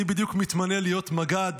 אני בדיוק מתמנה להיות מג"ד